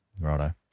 Righto